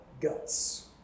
guts